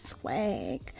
swag